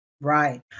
Right